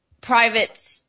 private